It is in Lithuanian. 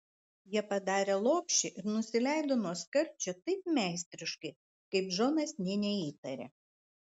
jie padarė lopšį ir nusileido nuo skardžio taip meistriškai kaip džonas nė neįtarė